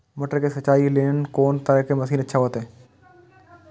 मटर के सिंचाई के लेल कोन तरह के मशीन अच्छा होते?